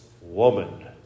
woman